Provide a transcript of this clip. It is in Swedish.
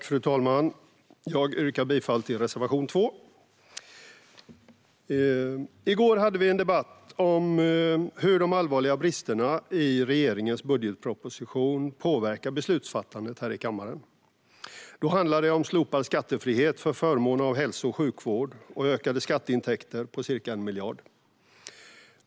Fru talman! Jag yrkar bifall till reservation 2. I går hade vi en debatt om hur de allvarliga bristerna i regeringens budgetproposition påverkar beslutsfattandet här i kammaren. Då handlade det om slopad skattefrihet för förmån av hälso och sjukvård och ökade skatteintäkter på ca 1 miljard.